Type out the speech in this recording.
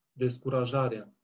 descurajarea